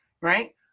Right